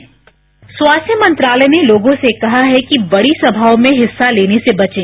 bite स्वास्थ्य मंत्रालय ने लोगों से कहा है कि बड़ी सभाओं में हिस्सा लेने से बचें